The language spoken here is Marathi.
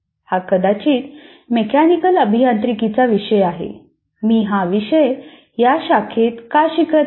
हा कदाचित मेकॅनिकल अभियांत्रिकीचा विषय आहे मी हा विषय या शाखेत का शिकत आहे